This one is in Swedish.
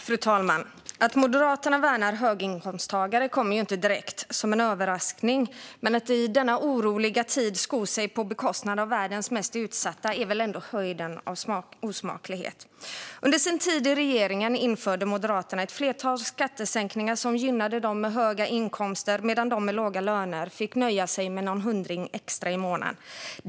Fru talman! Att Moderaterna värnar höginkomsttagare kommer ju inte direkt som en överraskning. Men att i denna oroliga tid sko sig på bekostnad av världens mest utsatta är väl ändå höjden av osmaklighet. Under sin tid i regeringen införde Moderaterna ett flertal skattesänkningar som gynnade dem med höga inkomster, medan de med låga löner fick nöja sig med någon hundring extra i månaden.